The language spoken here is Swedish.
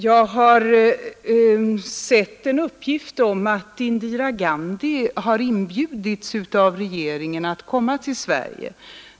Jag har sett en uppgift om att Indira Gandhi av regeringen har inbjudits att komma till Sverige.